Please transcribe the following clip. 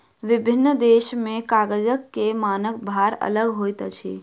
विभिन्न देश में कागज के मानक भार अलग होइत अछि